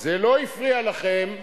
זה לא הפריע לכם,